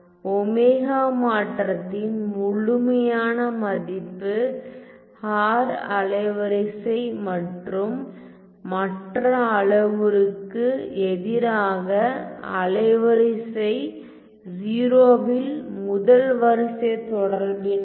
Ω மாற்றத்தின் முழுமையான மதிப்பு ஹார் அலைவரிசை மற்றும் மாற்ற அளவுருவுக்கு எதிராக அலைவரிசை 0 ல் முதல் வரிசை தொடர்பின்மையை காணலாம்